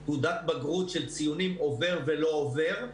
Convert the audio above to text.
של תעודת בגרות של ציונים עובר ולא עובר.